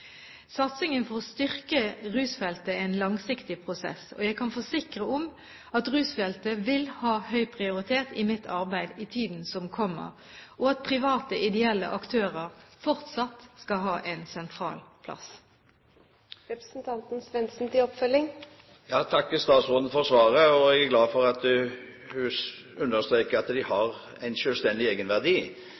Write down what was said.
Satsingen for å styrke rusfeltet er en langsiktig prosess. Jeg kan forsikre om at rusfeltet vil ha høy prioritet i mitt arbeid i tiden som kommer, og at private ideelle aktører fortsatt skal ha en sentral plass. Jeg takker statsråden for svaret. Jeg er glad for at hun understreket at de har en selvstendig egenverdi.